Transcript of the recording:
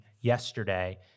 yesterday